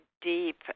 deep